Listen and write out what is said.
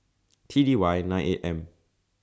T D Y nine eight M